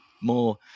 More